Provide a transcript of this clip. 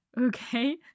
okay